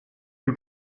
cui